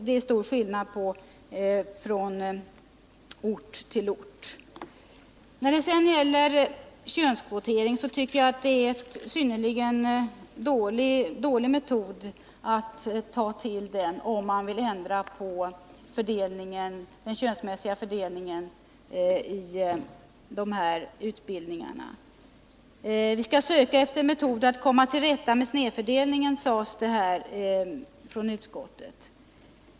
Det är stor skillnad från ort till ort. Könskvotering tycker jag är en synnerligen dålig metod att ta till om man vill ändra på den könsmässiga fördelningen i utbildningarna. Vi skall söka efter metoder att komma till rätta med snedfördelningen, sade utskottets talesman.